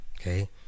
Okay